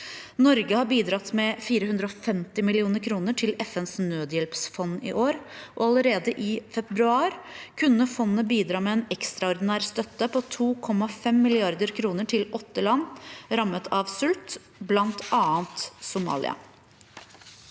Norge har bidratt med 450 mill. kr til FNs nødhjelpsfond i år. Allerede i februar kunne fondet bidra med en ekstraordinær støtte på 2,5 mrd. kr til åtte land rammet av sult, bl.a. Somalia.